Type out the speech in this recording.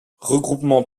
regroupement